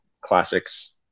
classics